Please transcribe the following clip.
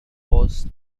was